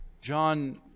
John